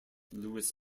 louis